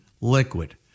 liquid